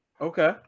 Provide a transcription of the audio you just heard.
Okay